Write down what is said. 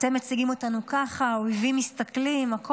אתם מציגים אותנו ככה: האויבים מסתכלים, הכול.